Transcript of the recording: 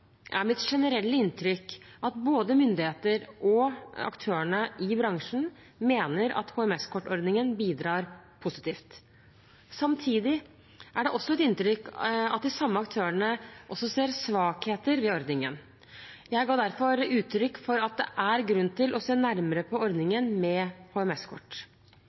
mitt svar til komiteen, er mitt generelle inntrykk at både myndighetene og aktørene i bransjen mener at HMS-kortordningen bidrar positivt. Samtidig er det et inntrykk at de samme aktørene også ser svakheter ved ordningen. Jeg ga derfor uttrykk for at det er grunn til å se nærmere på ordningen med